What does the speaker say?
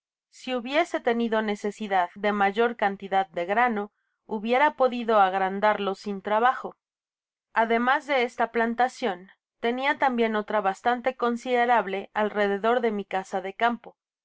si hubiese tenido necesidad de mayor cantidad de grane hubiera podido agrandarlos sin trabajo ademas de esta plantacion tenia tambien otra bastante considerable alrededor de mi casa de campo